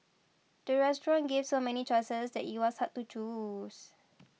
the restaurant gave so many choices that it was hard to choose